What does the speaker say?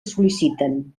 sol·liciten